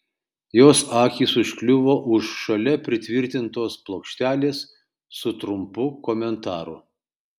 jos akys užkliuvo už šalia pritvirtintos plokštelės su trumpu komentaru